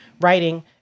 writing